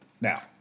Now